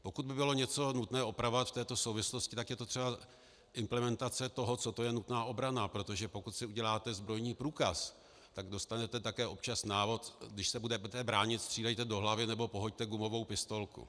Pokud by bylo něco nutné opravovat v této souvislosti, tak je to třeba implementace toho, co to je nutná obrana, protože pokud si uděláte zbrojní průkaz, tak dostanete také občas návod, když se budete bránit, střílejte do hlavy, nebo pohoďte gumovou pistolku.